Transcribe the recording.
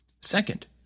Second